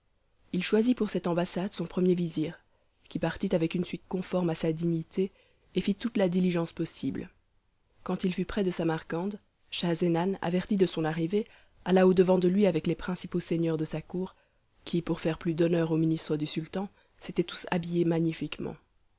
il choisit pour cette ambassade son premier vizir qui partit avec une suite conforme à sa dignité et fit toute la diligence possible quand il fut près de samarcande schahzenan averti de son arrivée alla au-devant de lui avec les principaux seigneurs de sa cour qui pour faire plus d'honneur au ministre du sultan s'étaient tous habillés magnifiquement